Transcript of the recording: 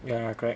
ya correct